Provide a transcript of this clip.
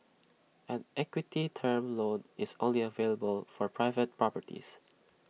an equity term loan is only available for private properties